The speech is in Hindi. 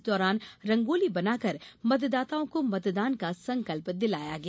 इस दौरान रंगोली बनाकर मतदाताओं को मतदान का संकल्प दिलाया गया